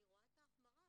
אני רואה את ההחמרה,